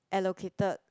allocated